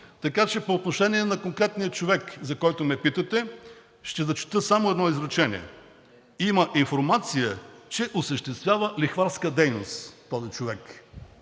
Така че по отношение на конкретния човек, за когото ме питате, ще зачета само едно изречение: „Има информация, че осъществява лихварска дейност този човек.“